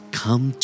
come